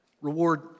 reward